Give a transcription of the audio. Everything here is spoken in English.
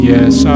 Yes